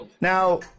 now